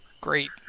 Great